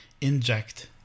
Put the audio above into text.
inject